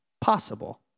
possible